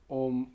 om